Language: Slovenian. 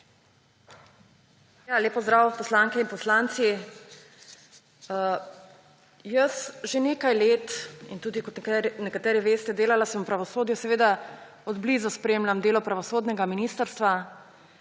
Lep pozdrav, poslanke in poslanci! Že nekaj let – kot nekateri veste, delala sem v pravosodju – od blizu spremljam delo pravosodnega ministrstva